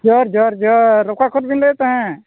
ᱡᱚᱸᱦᱟᱨ ᱡᱚᱸᱦᱟᱨ ᱡᱚᱸᱦᱟᱨ ᱚᱠᱟ ᱠᱷᱚᱱ ᱵᱤᱱ ᱞᱟᱹᱭᱮᱫ ᱛᱟᱦᱮᱸᱫ